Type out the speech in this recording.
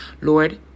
Lord